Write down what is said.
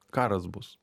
karas bus